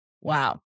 wow